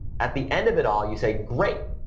at the end of it all, you say, great.